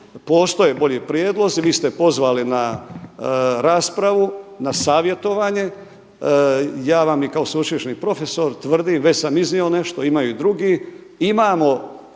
Postoje bolji prijedlozi, vi ste pozvali na raspravu, na savjetovanje, ja vam kao i sveučilišni profesor tvrdim, već sam iznio nešto imaju i drugi